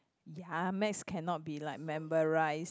ya maths cannot be like memorise